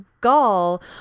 gall